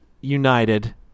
United